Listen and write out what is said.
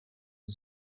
are